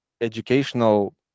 educational